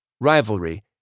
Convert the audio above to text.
Rivalry